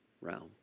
realm